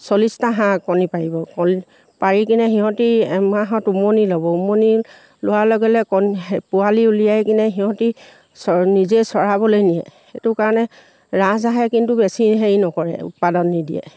চল্লিছটা হাঁহ কণী পাৰিব কণী পাৰি কিনে সিহঁতি এমাহত উমনি ল'ব উমনি লোৱাৰ লগে লগে কণী পোৱালি উলিয়াই কিনে সিহঁতি নিজে চৰাবলৈ নিয়ে সেইটো কাৰণে ৰাজহাঁহে কিন্তু বেছি হেৰি নকৰে উৎপাদন নিদিয়ে